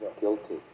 Guilty